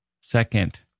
second